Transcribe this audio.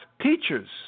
teachers